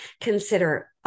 consider